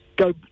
Go